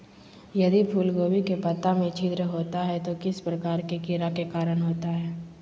यदि फूलगोभी के पत्ता में छिद्र होता है तो किस प्रकार के कीड़ा के कारण होता है?